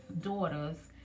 daughters